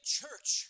church